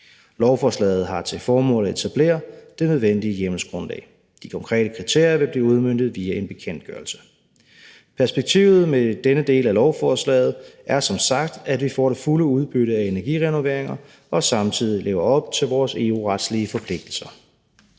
Lovforslaget har til formål at etablere det nødvendige hjemmelsgrundlag. De konkrete kriterier vil blive udmøntet via en bekendtgørelse. Perspektivet med denne del af lovforslaget er som sagt, at vi får det fulde udbytte af energirenoveringer og samtidig lever op til vores EU-retslige forpligtelser.